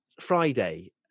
Friday